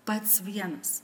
pats vienas